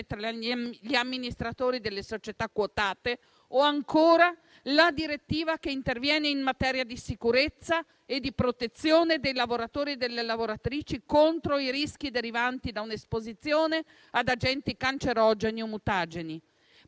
tra gli amministratori delle società quotate o ancora la direttiva che interviene in materia di sicurezza e di protezione dei lavoratori e delle lavoratrici contro i rischi derivanti da un'esposizione ad agenti cancerogeni o mutageni.